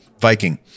Viking